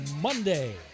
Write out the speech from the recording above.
Monday